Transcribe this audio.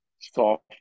soft